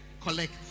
Collect